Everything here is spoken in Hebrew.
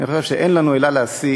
אני חושב שאין לנו אלא להסיק